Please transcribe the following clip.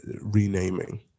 renaming